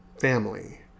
Family